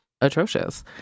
atrocious